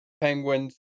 Penguins